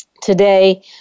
today